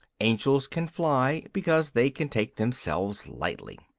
angels can fly because they can take themselves lightly.